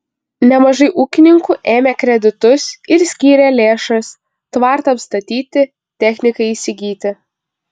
nemažai ūkininkų ėmė kreditus ir skyrė lėšas tvartams statyti technikai įsigyti